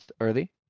early